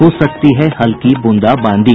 हो सकती है हल्की बूंदाबांदी